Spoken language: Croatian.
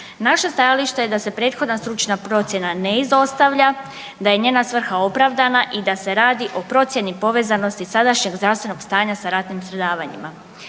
Naše stajalište je da se prethodna stručna procjena ne izostavlja, da je njena svrha opravdana i da se radi o procjeni povezanosti sadašnjeg zdravstvenog stanja sa ratnim stradavanjima.